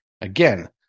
again